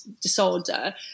disorder